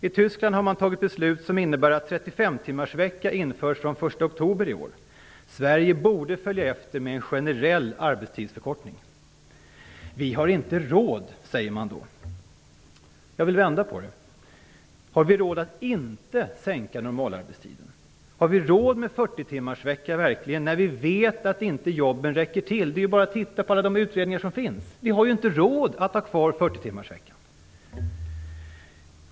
I Tyskland har man fattat ett beslut om att införa 35 timmars arbetsvecka den 1 oktober i år. Sverige borde följa efter med en generell arbetstidsförkortning. Vi har inte råd, säger man då. Jag vill vända på det: Har vi råd att inte sänka normalarbetstiden? Har vi råd med 40 timmars vecka när vi vet att jobben inte räcker till? De utredningar som finns visar att vi inte har råd att ha kvar 40-timmarsveckan.